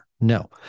No